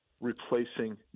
replacing